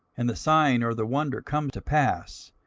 and the sign or the wonder come to pass,